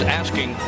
asking